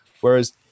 Whereas